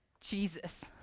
Jesus